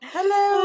Hello